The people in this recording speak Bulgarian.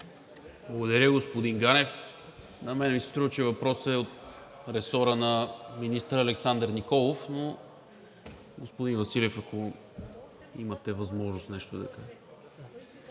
Благодаря, господин Ганев. На мен ми се струва, че въпросът е от ресора на министър Александър Николов, но, господин Василев, ако имате възможност, нещо да кажете.